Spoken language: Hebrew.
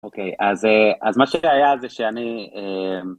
אוקיי, אז מה שהיה זה שאני...